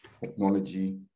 Technology